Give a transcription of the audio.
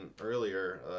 earlier